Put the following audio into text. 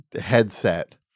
headset